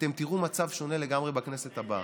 אתם תראו מצב שונה לגמרי בכנסת הבאה.